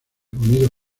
unidos